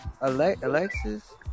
Alexis